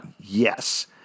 Yes